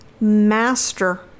master